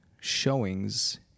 showings